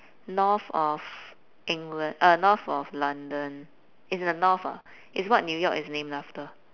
north of england uh north of london it's in the north ah it's what new york is named after